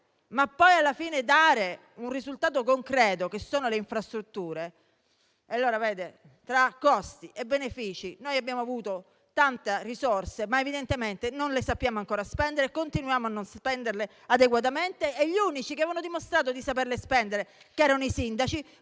ma poi alla fine bisogna ottenere un risultato concreto, che sono le infrastrutture. Facendo un rapporto costi-benefici, avremo anche avuto tante risorse, ma evidentemente non le sappiamo ancora spendere e continuiamo a non spenderle adeguatamente e gli unici che avevano dimostrato di saperle spendere, che erano i sindaci,